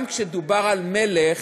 גם כשדובר על מלך,